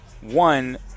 one